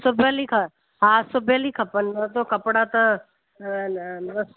सिबियलु ई खां हा सिबियलु ई खपनि कपिड़ा त